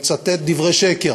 מצטט דברי שקר,